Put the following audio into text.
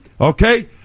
Okay